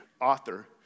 author